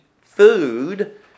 food